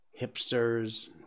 hipsters